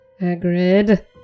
Agreed